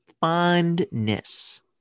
fondness